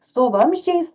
su vamzdžiais